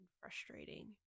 frustrating